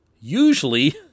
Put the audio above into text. usually